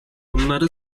onları